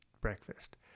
breakfast